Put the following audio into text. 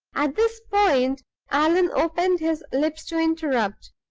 at this point allan opened his lips to interrupt,